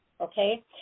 Okay